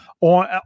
on